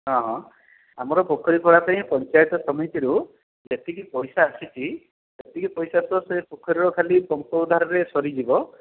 ହଁ ହଁ ଆମର ପୋଖରୀ ଖୋଳା ପାଇଁ ପଞ୍ଚାୟତ ସମିତିରୁ ଯେତିକି ପଇସା ଆସିଛି ସେତିକି ପଇସା ତ ସେ ପୋଖରୀର ଖାଲି ପଙ୍କ ଉଦ୍ଧାରରେ ସରିଯିବ